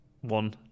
one